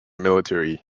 military